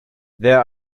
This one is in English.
there